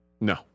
No